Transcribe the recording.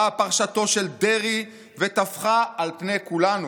באה פרשתו של דרעי וטפחה על פני כולנו.